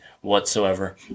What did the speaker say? whatsoever